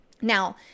Now